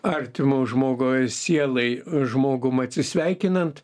artimu žmogaus sielai žmogum atsisveikinant